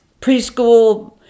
preschool